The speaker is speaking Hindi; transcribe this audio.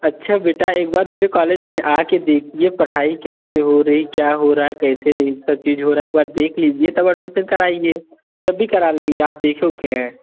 अच्छा बेटा एक बार मेरे कॉलेज में आ कर देखिए पढ़ाई कैसे हो रही क्या हो रहा कैसे सब चीज़ हो रहा एक बार देख लीजिए तब एडमिसन कराइए कि अभी करा लेंगे आप देख ओख हैं